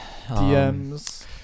DMS